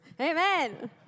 Amen